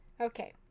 Okay